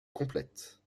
complète